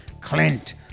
Clint